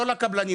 לא לקבלנים,